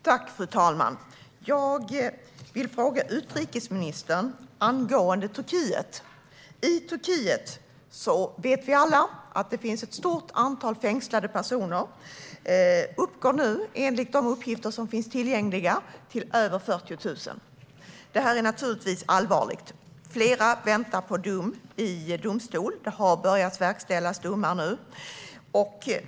Fru talman! Jag vill fråga utrikesministern angående Turkiet. I Turkiet vet vi alla att det finns ett stort antal fängslade personer. Det uppgår nu, enligt de uppgifter som finns tillgängliga, till över 40 000. Detta är naturligtvis allvarligt. Flera väntar på dom i domstol. Domar har börjat verkställas nu.